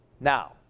Now